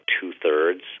two-thirds